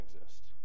exist